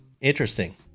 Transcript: Interesting